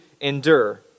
endure